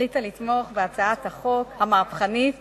החליטה לתמוך בהצעת החוק המהפכנית,